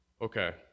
okay